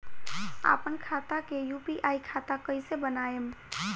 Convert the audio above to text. आपन खाता के यू.पी.आई खाता कईसे बनाएम?